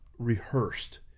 Rehearsed